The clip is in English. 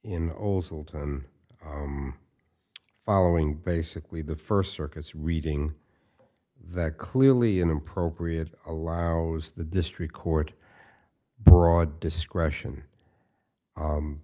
old following basically the first circuits reading that clearly an appropriate allows the district court broad discretion